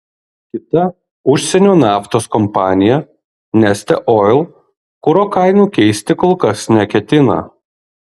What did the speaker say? kita užsienio naftos kompanija neste oil kuro kainų keisti kol kas neketina